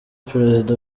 perezida